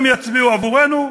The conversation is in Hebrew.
הם יצביעו עבורנו,